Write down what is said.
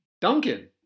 Duncan